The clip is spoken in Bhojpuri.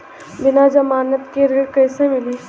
बिना जमानत के ऋण कईसे मिली?